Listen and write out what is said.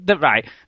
Right